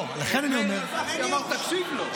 לא, כן אני אומר ------ תקשיב לו.